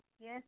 Yes